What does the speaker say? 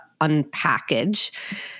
unpackage